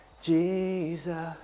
Jesus